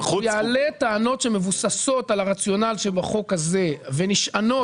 הוא יעלה טענות שמבוססות על הרציונל שבחוק הזה ונשענות